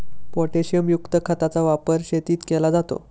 पोटॅशियमयुक्त खताचा वापर शेतीत केला जातो